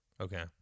okay